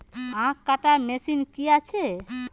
আখ কাটা মেশিন কি আছে?